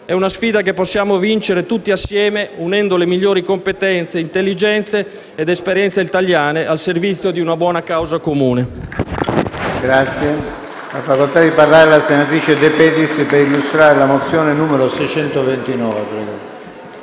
È una sfida che possiamo vincere tutti assieme unendo le migliori competenze, intelligenze ed esperienze italiane al servizio di una buona causa comune.